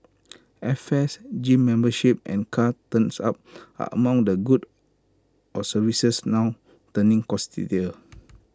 airfares gym memberships and car turns up are among the goods or services now turning costlier